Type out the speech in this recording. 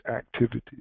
activities